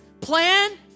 plan